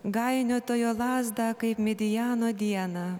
gainiotojo lazdą kaip midijano dieną